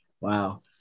Wow